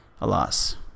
Alas